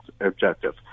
objective